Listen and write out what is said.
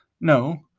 no